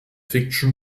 fiction